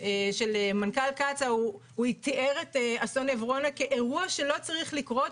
מנכ"ל קצא"א תיאר את אסון עברונה כאירוע שלא צריך לקרות,